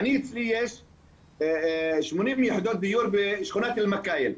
אצלי יש 80 יחידות דיור בשכונת אלמקאיל,